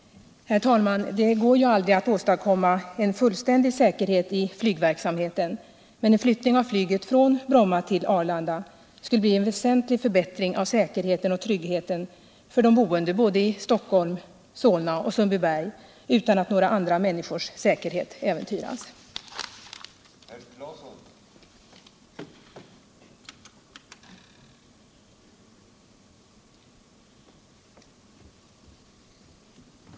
Herr talman! Det går aldrig att åstadkomma fullständig säkerhet i flygverksamheten, men en flyttning av flyget från Bromma till Arlanda skulle innebära en väsentlig förbättring av säkerheten och tryggheten för de boende i såväl Stockholm som Solna och Sundbyberg utan att några andra människors säkerhet äventyrades.